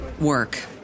work